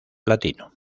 latino